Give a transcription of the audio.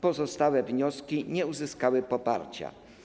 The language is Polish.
Pozostałe wnioski nie uzyskały poparcia.